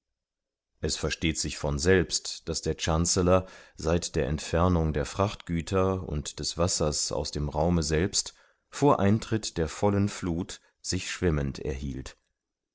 es versteht sich von selbst daß der chancellor seit der entfernung der frachtgüter und des wassers aus dem raume selbst vor eintritt der vollen fluth sich schwimmend erhielt